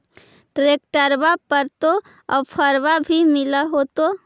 ट्रैक्टरबा पर तो ओफ्फरबा भी मिल होतै?